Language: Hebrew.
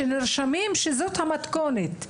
כשנרשמים - זאת המתכונת.